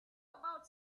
about